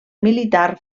militar